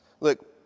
Look